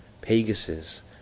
Pegasus